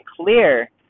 clear